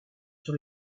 sur